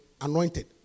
anointed